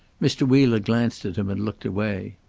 mr. wheeler glanced at him and looked away.